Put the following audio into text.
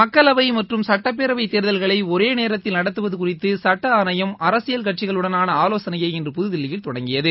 மக்களவை மற்றும் சட்டப்பேரவை தேர்தல்களை ஒரே நேரத்தில் நடத்துவது குறித்து சுட்ட ஆணையம் அரசியல் கட்சிகளுடனான ஆலோசனையை இன்று புதுதில்லியில் தொடங்கியது